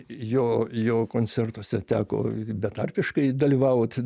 jo jo koncertuose teko betarpiškai dalyvaut